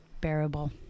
bearable